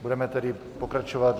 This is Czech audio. Budeme tedy pokračovat...